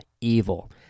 evil